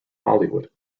hollywood